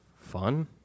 fun